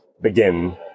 begin